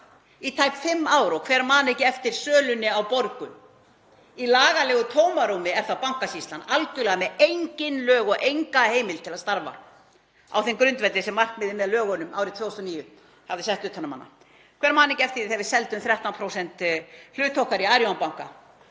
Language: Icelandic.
í tæp fimm ár. Hver man ekki eftir sölunni á Borgun? Í lagalegu tómarúmi er þá Bankasýslan algerlega með engin lög og enga heimild til að starfa á þeim grundvelli sem markmiðið með lögunum árið 2009 hafði sett utan um hana. Hver man ekki eftir því að við seldum 13% hlut okkar í Arion banka?